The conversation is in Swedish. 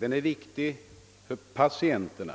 Den är viktig för patienterna